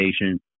patient